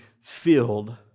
filled